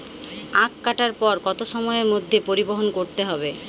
আখ কাটার পর কত সময়ের মধ্যে পরিবহন করতে হবে?